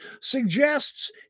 suggests